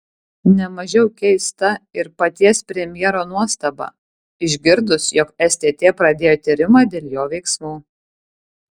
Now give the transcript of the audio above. ne mažiau keista ir paties premjero nuostaba išgirdus jog stt pradėjo tyrimą dėl jo veiksmų